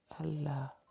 Allah